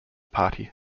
party